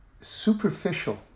superficial